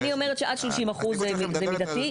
אני אומרת שעד 30% זה מידתי.